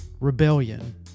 rebellion